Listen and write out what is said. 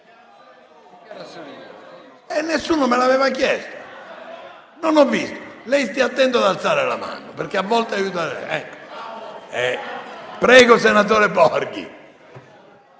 Nessuno me l'aveva chiesto, non ho visto. Lei stia attento ad alzare la mano, perché a volte aiuta. Prego, senatore Borghi.